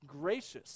gracious